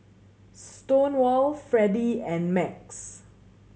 Stonewall Freddy and Max